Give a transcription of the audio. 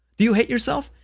do you hate yourself?